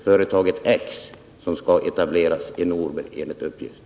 företaget X, som enligt uppgift skall etableras i Norberg?